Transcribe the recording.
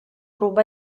ruba